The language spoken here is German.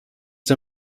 der